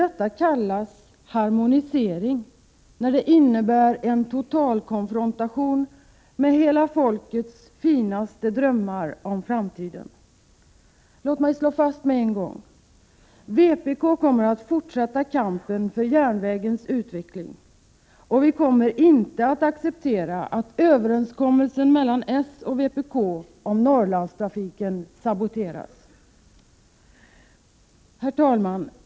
Detta kallas ”harmonisering”, när det i stället innebär 13 en totalkonfrontation med hela folkets finaste drömmar om framtiden! Låt mig slå fast med en gång: Vpk kommer att fortsätta kampen för järnvägens utveckling. Vi kommer inte att acceptera att överenskommelsen mellan socialdemokraterna och vpk om Norrlandstrafiken saboteras. Herr talman!